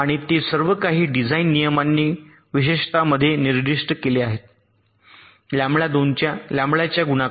आणि ते सर्व काही डिझाइन नियमांनी विशेषत मध्ये निर्दिष्ट केले आहेत लँबडा च्या गुणाकार